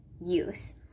use